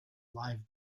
live